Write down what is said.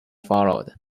followed